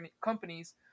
companies